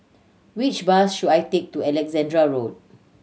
which bus should I take to Alexandra Road